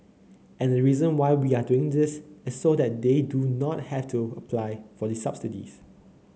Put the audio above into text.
and the reason why we are doing this is so that they do not have to apply for the subsidies